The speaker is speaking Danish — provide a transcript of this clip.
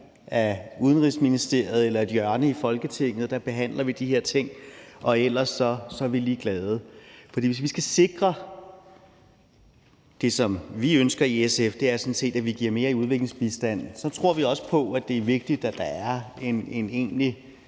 af Udenrigsministeriet eller i et hjørne af Folketinget, hvor de her ting bliver behandlet, og ellers er vi ligeglade. For hvis vi skal sikre det, som vi ønsker i SF, nemlig at vi giver mere i udviklingsbistand, tror vi også på, at det er vigtigt, at der er en egentlig